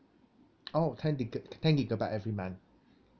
oh ten giga~ ten gigabyte every month